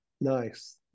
Nice